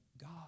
God